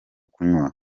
kunywa